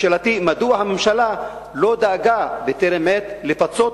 שאלתי: מדוע הממשלה לא דאגה בטרם עת לפצות